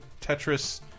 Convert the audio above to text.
Tetris